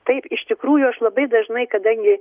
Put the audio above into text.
taip iš tikrųjų aš labai dažnai kadangi